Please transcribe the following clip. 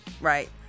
Right